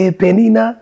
penina